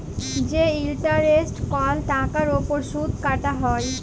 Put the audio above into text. যে ইলটারেস্ট কল টাকার উপর সুদ কাটা হ্যয়